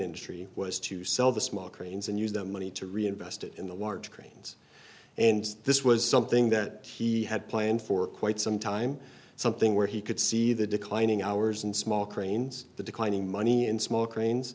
industry was to sell the small cranes and use that money to reinvest in the large cranes and this was something that he had planned for quite some time something where he could see the declining hours and small cranes the declining money and small cranes